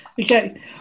Okay